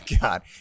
God